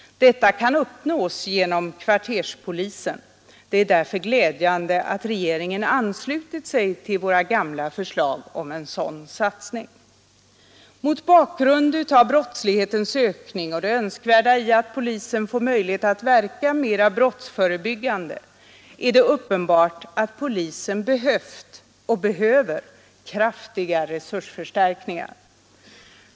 Detta kan uppnås genom kvarterspolisen. Det är därför glädjande att regeringen anslutit sig till våra gamla förslag om en sådan satsning. Mot bakgrund av brottslighetens ökning och det önskvärda i att polisen får möjlighet att verka mera brottsförebyggande är det uppenbart att polisen behövt och behöver kraftiga resursförstärkningar.